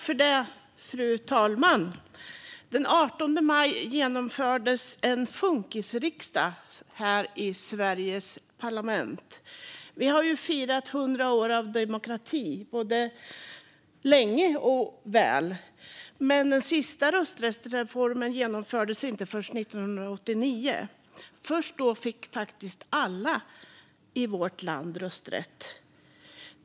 Fru talman! Den 18 maj genomfördes en funkisriksdag här i Sveriges parlament. Vi har firat 100 år av demokrati både länge och väl. Men den sista rösträttsreformen genomfördes inte förrän 1989. Först då fick faktiskt alla i vårt land rösträtt.